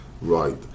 right